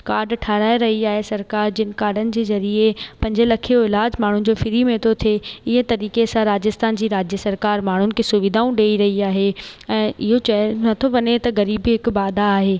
card ठाहिराए रही आहे सरकारु जंहिं काडनि जे ज़रीए पंजे लखे जो इलाजु माण्हुनि जो फ्री में थो थिए इहे तरीक़े सां राजस्थान जी राज्य सरकारु माण्हुनि खे सुवीधाऊं ॾेई रही आहे ऐं इहो चयो नथो वञे त ग़रीबी हिकु ॿाधा आहे